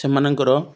ସେମାନଙ୍କର